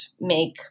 make